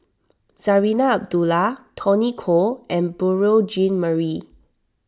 Zarinah Abdullah Tony Khoo and Beurel Jean Marie